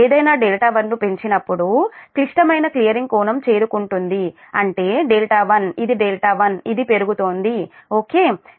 ఏదైనా δ1 ను పెంచినప్పుడు క్లిష్టమైన క్లియరింగ్ కోణం చేరుకుంటుంది అంటే δ1 ఇది δ1 ఇది పెరుగుతోంది ఓకే ఓకే